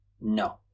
no